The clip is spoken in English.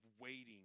waiting